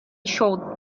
short